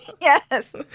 yes